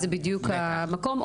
זה בדיוק המקום.